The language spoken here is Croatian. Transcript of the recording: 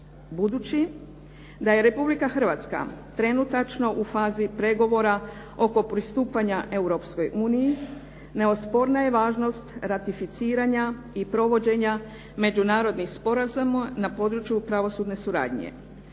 Budući da je Republika Hrvatska trenutačno u fazi pregovora oko pristupanja Europskoj uniji neosporna je važnost ratificiranja i provođenja međunarodnih sporazuma na području pravosudne suradnje